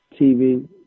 TV